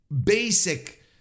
basic